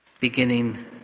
beginning